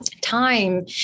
time